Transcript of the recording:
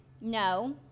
no